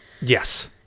Yes